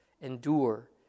endure